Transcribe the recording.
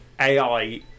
AI